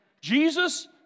Jesus